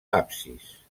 absis